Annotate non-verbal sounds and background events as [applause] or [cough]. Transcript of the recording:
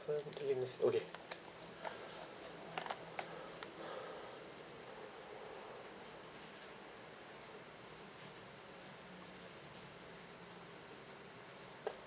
okay [breath]